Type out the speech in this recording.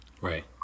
Right